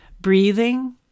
breathing